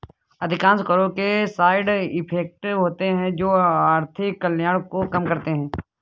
अधिकांश करों के साइड इफेक्ट होते हैं जो आर्थिक कल्याण को कम करते हैं